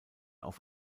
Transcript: auf